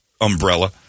umbrella